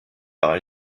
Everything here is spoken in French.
par